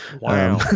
Wow